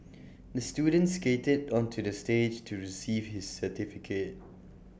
the student skated onto the stage to receive his certificate